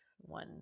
one